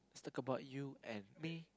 let's talk about you and me